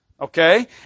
Okay